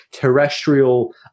terrestrial